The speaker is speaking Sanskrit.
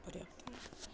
पर्याप्तं वा